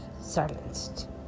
silenced